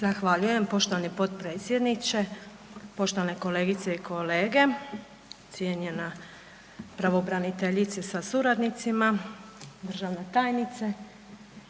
Zahvaljujem poštovani potpredsjedniče. Poštovane kolegice i kolege, cijenjena pravobraniteljice sa suradnicima, državna tajnice